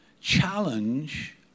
challenge